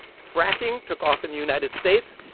fracking took off in the united states,